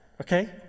okay